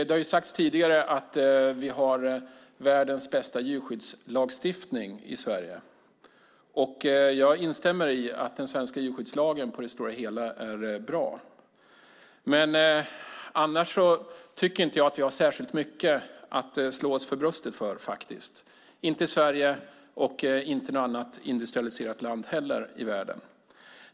Det har sagts tidigare att vi har världens bästa djurskyddslagstiftning i Sverige, och jag instämmer i att den svenska djurskyddslagen på det stora hela är bra. Men annars tycker jag inte att vi har särskilt mycket att slå oss för bröstet för, inte i Sverige och inte i något annat industrialiserat land i världen heller.